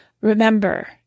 Remember